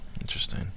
Interesting